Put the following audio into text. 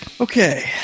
Okay